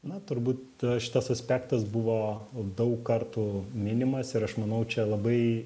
na turbūt šitas aspektas buvo daug kartų minimas ir aš manau čia labai